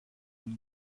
une